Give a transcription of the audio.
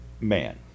man